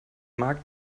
markt